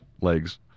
legs